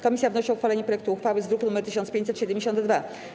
Komisja wnosi o uchwalenie projektu uchwały z druku nr 1572.